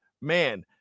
man